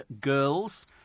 girls